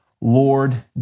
Lord